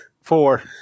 Four